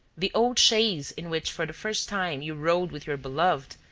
the old chaise in which for the first time you rode with your beloved,